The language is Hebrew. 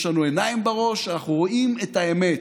יש לנו עיניים בראש, אנחנו רואים את האמת.